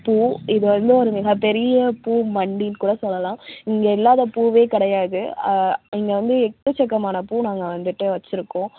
பூ இது வந்து மிகப்பெரிய பூ மண்டின்னு கூட சொல்லலாம் இங்க இல்லாத பூவே கிடையாது இங்கே வந்து எக்கச்சக்கமான பூ நாங்க வந்துட்டு வச்சுருக்கோம்